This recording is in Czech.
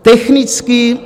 Technicky...